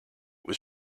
was